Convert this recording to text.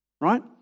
right